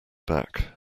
back